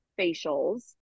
facials